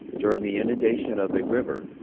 during the inundation of the river,